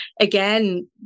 Again